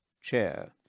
chair